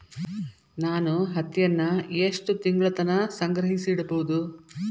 ನಾನು ಹತ್ತಿಯನ್ನ ಎಷ್ಟು ತಿಂಗಳತನ ಸಂಗ್ರಹಿಸಿಡಬಹುದು?